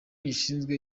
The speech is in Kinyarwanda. gishinzwe